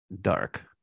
Dark